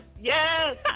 yes